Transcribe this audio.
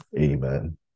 amen